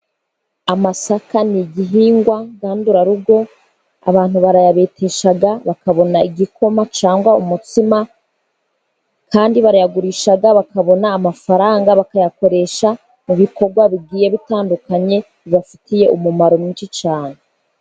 Amasaka ni igihingwa ngandurarugo, abantu barayabetesha bakabona igikoma cyangwa umutsima, kandi barayagurisha bakabona amafaranga bakayakoresha mu bikorwa bigiye bitandukanye, bibafitiye umumaro mwinshi cyane.